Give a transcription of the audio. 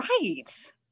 Right